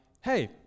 hey